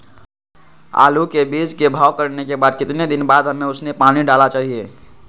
आलू के बीज के भाव करने के बाद कितने दिन बाद हमें उसने पानी डाला चाहिए?